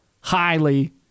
highly